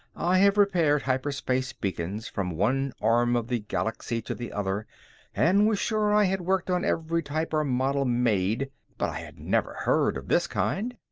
i have repaired hyperspace beacons from one arm of the galaxy to the other and was sure i had worked on every type or model made. but i had never heard of this kind.